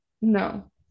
No